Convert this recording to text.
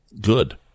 Good